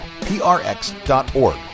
prx.org